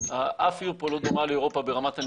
אף עיר פה לא דומה לאירופה ברמת הניקיון.